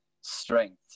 strength